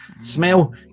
smell